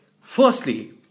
Firstly